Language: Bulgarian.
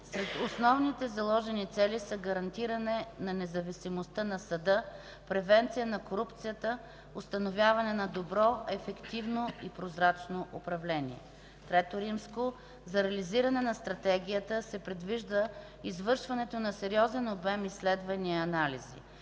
Сред основните заложени цели са гарантиране на независимостта на Съда, превенция на корупцията, установяване на добро, ефективно и прозрачно управление. III. За реализиране на Стратегията се предвижда извършването на сериозен обем изследвания и анализи.